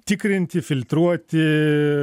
tikrinti filtruoti